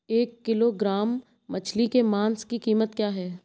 एक किलोग्राम मछली के मांस की कीमत क्या है?